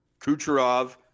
Kucherov